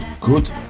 good